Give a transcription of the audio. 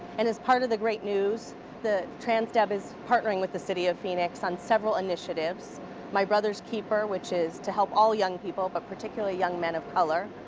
and is part of the great news that transdev is partnering with the city of phoenix on several initiatives my brother's keeper, which is to help all young people, but particularly young men of color,